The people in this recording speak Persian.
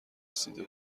رسیده